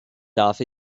darf